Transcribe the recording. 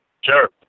Sure